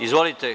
Izvolite.